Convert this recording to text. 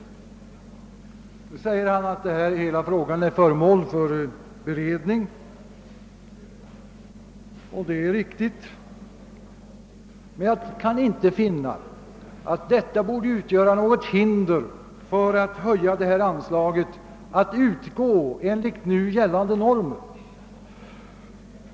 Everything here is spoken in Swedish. Så säger herr Lindholm att hela frågan är föremål för beredning. Det är riktigt. Jag kan emellertid inte finna att detta skall behöva utgöra något hin der för att höja ifrågavarande anslag, att utgå enligt nu gällande normer.